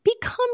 become